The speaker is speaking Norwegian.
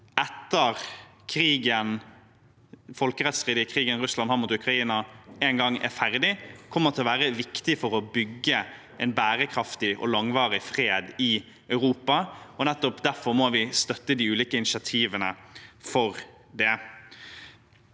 – den folkerettsstridige krigen Russland fører mot Ukraina – en gang er ferdig, kommer til å være viktig for å bygge en bærekraftig og langvarig fred i Europa. Nettopp derfor må vi støtte de ulike initiativene for det.